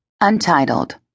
Untitled